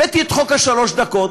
הבאתי את חוק שלוש הדקות,